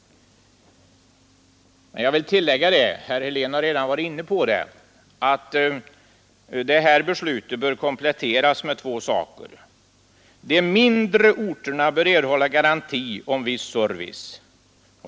Jag vill tillägga att beslutet bör kompletteras med två saker — herr Helén har redan varit inne på detta. De mindre orterna bör erhålla garanti om viss service.